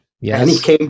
Yes